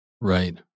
Right